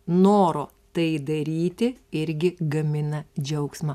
noro tai daryti irgi gamina džiaugsmą